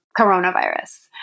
coronavirus